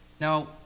Now